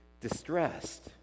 distressed